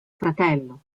fratello